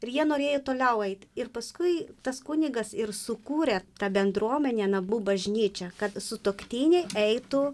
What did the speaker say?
ir jie norėjo toliau eit ir paskui tas kunigas ir sukūrė tą bendruomenę namų bažnyčią kad sutuoktiniai eitų